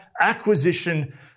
acquisition